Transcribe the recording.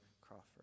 Crawford